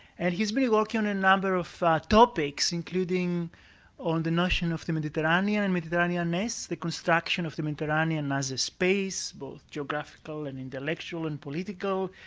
and he's been working on a number of topics, including on the notion of the mediterranean and mediterranean-ness the construction of the mediterranean as a space, both geographical and intellectual and political,